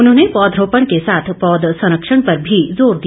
उन्होंने पौधरोपण के साथ पौध संरक्षण पर भी जोर दिया